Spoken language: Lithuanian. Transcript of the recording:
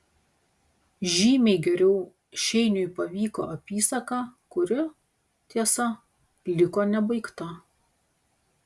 žymiai geriau šeiniui pavyko apysaka kuri tiesa liko nebaigta